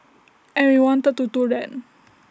and we wanted to do that